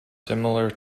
similar